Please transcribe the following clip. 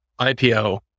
IPO